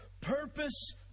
purpose